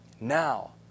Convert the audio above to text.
Now